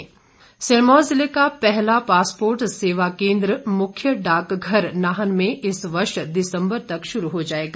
वीरेन्द्र कश्यप सिरमौर जिले का पहला पासपोर्ट सेवा केंद्र मुख्य डाकघर नाहन में इस वर्ष दिसंबर तक शुरू हो जाएगा